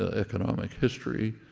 economic history